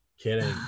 kidding